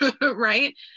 right